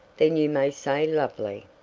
then you may say lovely!